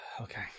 okay